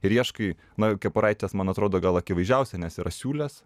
ir ieškai na kepuraitės man atrodo gal akivaizdžiausia nes yra siūlės